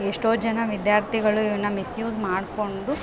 ಎಷ್ಟೋಜನ ವಿದ್ಯಾರ್ಥಿಗಳು ಇವನ್ನ ಮಿಸ್ಯೂಸ್ ಮಾಡಿಕೊಂಡು